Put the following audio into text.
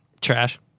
Trash